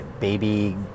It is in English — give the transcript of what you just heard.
Baby